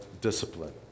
Discipline